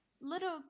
little